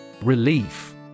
Relief